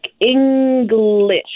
English